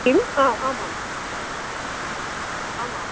किम् हा आम् आम् आम् आम्